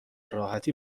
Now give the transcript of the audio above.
راحتی